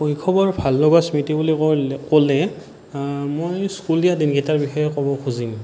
শৈশৱৰ ভাল লগা স্মৃতি বুলি ক'বলে ক'লে মই স্কুলীয়া দিনকেইটাৰ বিষয়ে ক'ব খুজিম